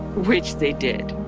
which they did.